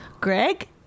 Greg